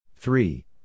Three